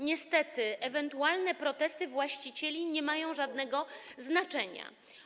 Niestety, ewentualne protesty właścicieli nie mają żadnego znaczenia.